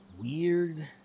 weird